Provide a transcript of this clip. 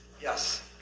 Yes